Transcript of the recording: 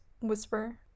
Whisper